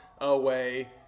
away